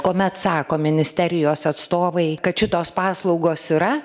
kuomet sako ministerijos atstovai kad šitos paslaugos yra